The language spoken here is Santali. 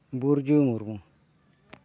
ᱵᱩᱨᱡᱩ ᱢᱩᱨᱢᱩ